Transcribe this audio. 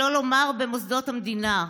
שלא לומר במוסדות המדינה.